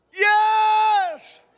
Yes